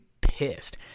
pissed